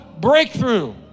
breakthrough